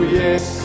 yes